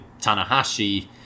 Tanahashi